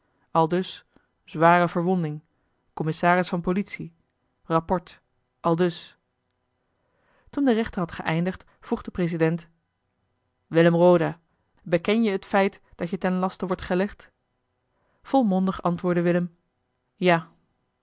aldus zware verwonding commissaris van politie rapport aldus toen de rechter had geëindigd vroeg de president willem roda beken je het feit dat je ten laste wordt gelegd volmondig antwoordde willem ja